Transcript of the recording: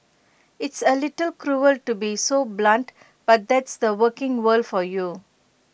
it's A little cruel to be so blunt but that's the working world for you